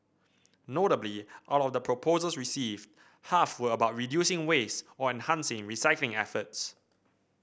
notably out of the proposals received half were about reducing waste or enhancing recycling efforts